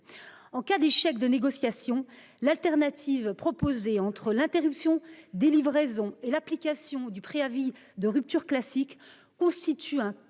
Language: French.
En cas d'échec de ces négociations, l'alternative proposée entre l'interruption des livraisons et l'application du préavis de rupture « classique » constitue un consensus